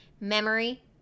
memory